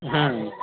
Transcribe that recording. ہوں